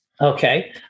Okay